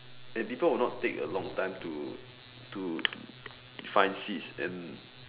and people will not take a long time to to find seats and